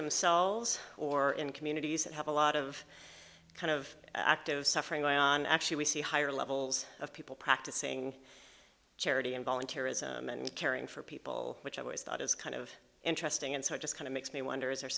themselves or in communities that have a lot of kind of active suffering going on actually we see higher levels of people practicing charity and volunteerism and caring for people which i always thought is kind of interesting and so it just kind of makes me wonder is there